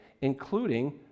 including